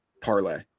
parlay